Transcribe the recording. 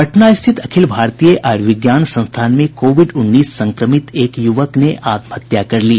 पटना स्थित अखिल भारतीय आयुर्विज्ञान संस्थान में कोविड उन्नीस संक्रमित एक युवक ने आत्महत्या कर ली